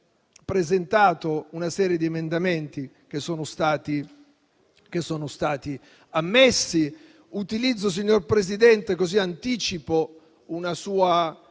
presentato una serie di emendamenti che sono stati ammessi. Utilizzo, signor Presidente, una sua